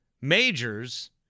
majors